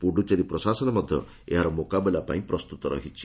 ପୁଡୁଚେରୀ ପ୍ରଶାସନ ମଧ୍ୟ ଏହାର ମୁକାବିଲା ପାଇଁ ପ୍ରସ୍ତୁତ ରହିଛି